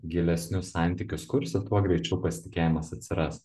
gilesnius santykius kursi tuo greičiau pasitikėjimas atsiras